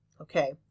Okay